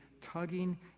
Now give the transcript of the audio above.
tugging